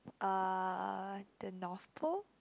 uh the North Pole